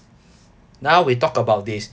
now we talk about this